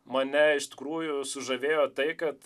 mane iš tikrųjų sužavėjo tai kad